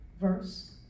verse